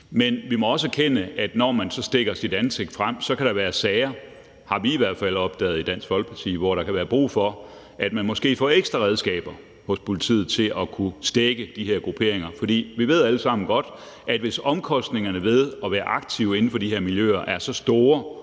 Men vi må også erkende, at når de så stikker deres ansigt frem, kan der være sager – har vi i hvert fald i Dansk Folkeparti opdaget – hvor der kan være brug for, at man måske får ekstra redskaber hos politiet til at kunne stække de her grupperinger. For vi ved alle sammen godt, at hvis omkostningerne ved at være aktiv inden for de her miljøer er så store